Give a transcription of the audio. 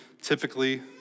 typically